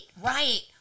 right